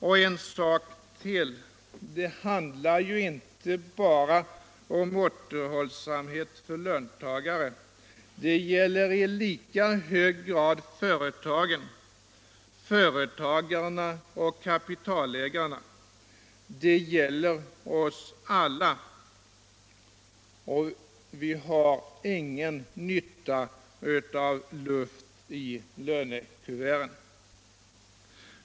Och en sak till: Det handlar ju inte bara om återhållsamhet för löntagarte, det gäller i lika hög grad företagen, företagarna och kapitalägarna. Det gäller oss alla. Vi har ingen nytta av luft i lönekuverten.